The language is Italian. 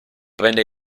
prende